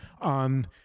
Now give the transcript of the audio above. on